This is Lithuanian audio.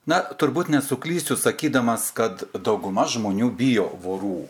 na turbūt nesuklysiu sakydamas kad dauguma žmonių bijo vorų